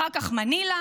אחר כך מנילה,